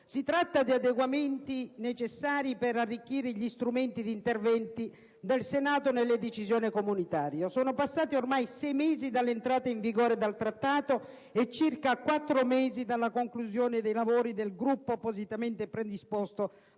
Si tratta di adeguamenti necessari per arricchire gli strumenti di intervento del Senato nelle decisioni comunitarie. Sono passati ormai sei mesi dall'entrata in vigore del Trattato e circa quattro mesi dalla conclusione dei lavori del Gruppo appositamente predisposto